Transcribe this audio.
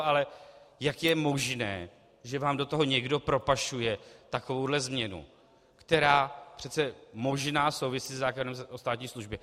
Ale jak je možné, že vám do toho někdo propašuje takovouto změnu, která přece možná souvisí se zákonem o státní službě?